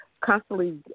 constantly